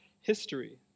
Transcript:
history